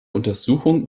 untersuchung